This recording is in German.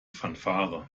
fanfare